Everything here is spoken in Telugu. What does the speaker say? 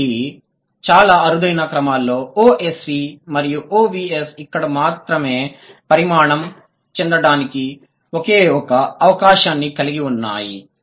కాబట్టి చాలా అరుదైన క్రమాల్లో OSV మరియు OVS ఇక్కడ మాత్రమే పరిణామం చెందడానికి ఒకే ఒక అవకాశాన్ని కలిగి ఉన్నాయి